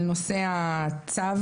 על נושא הצו.